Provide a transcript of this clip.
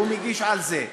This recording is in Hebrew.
והוא מגיש על זה,